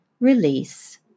release